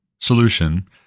solution